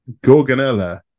Gorgonella